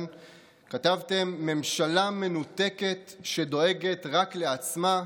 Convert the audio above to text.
כתבתם: ממשלה מנותקת שדואגת רק לעצמה,